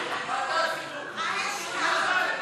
האתיקה,